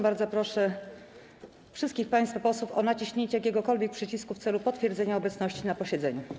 Bardzo proszę wszystkich państwa posłów o naciśnięcie jakiegokolwiek przycisku w celu potwierdzenia obecności na posiedzeniu.